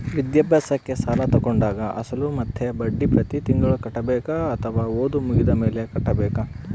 ವಿದ್ಯಾಭ್ಯಾಸಕ್ಕೆ ಸಾಲ ತೋಗೊಂಡಾಗ ಅಸಲು ಮತ್ತೆ ಬಡ್ಡಿ ಪ್ರತಿ ತಿಂಗಳು ಕಟ್ಟಬೇಕಾ ಅಥವಾ ಓದು ಮುಗಿದ ಮೇಲೆ ಕಟ್ಟಬೇಕಾ?